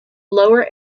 lower